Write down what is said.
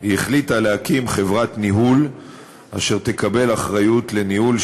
היא החליטה להקים חברת ניהול אשר תקבל אחריות לניהול,